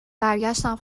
برگشتم